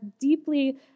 deeply